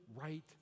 right